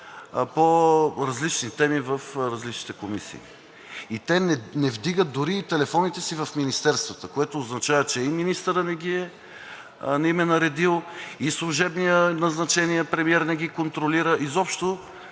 по различни теми в комисиите. Те не вдигат дори и телефоните си в министерствата, което означава, че и министърът не им е наредил, и служебният, назначеният премиер не ги контролира. Изобщо